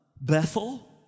Bethel